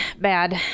bad